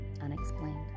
unexplained